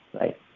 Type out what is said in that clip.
Right